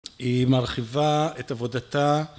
היא מרחיבה את עבודתה